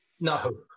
no